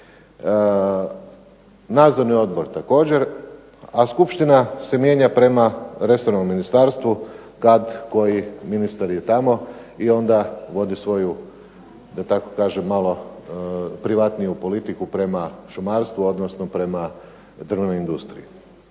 nadzorni odbori također, a skupština se mijenja prema resornom ministarstvu kad koji ministar je tamo i onda vodi svoju, da tako kažem, malo privatniju politiku prema šumarstvu odnosno prema drvnoj industriji.